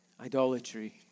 idolatry